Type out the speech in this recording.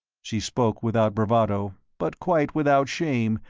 she spoke without bravado, but quite without shame,